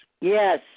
yes